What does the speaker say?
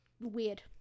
weird